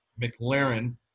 McLaren